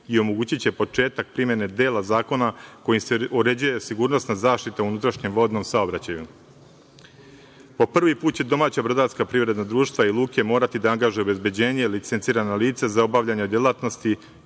i omogućiće početak primene dela zakona kojim se uređuje sigurnosna zaštita u unutrašnjem vodnom saobraćaju. Po prvi put će domaća brodarska privredna društva i luke morati da angažuju obezbeđenje, licencirana lica za obavljanje delatnosti